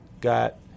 got